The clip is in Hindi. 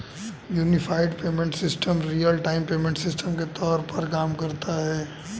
unified payment system real time payment system के तौर पर काम करता है